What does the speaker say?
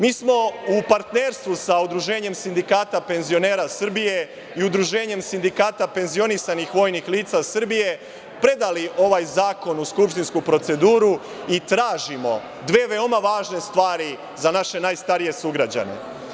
Mi smo u partnerstvu sa Udruženjem sindikata penzionera Srbije i sa Udruženjem sindikata penzionisanih vojnih lica Srbije predali ovaj zakon u skupštinsku proceduru i tražimo dve veoma važne stvari za naše najstarije sugrađane.